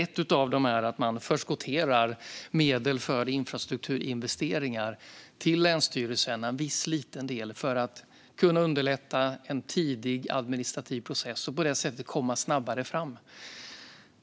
Ett av dem är att förskottera medel för infrastrukturinvesteringar till länsstyrelserna - en viss liten del för att underlätta en tidig administrativ process och på det sättet komma snabbare fram.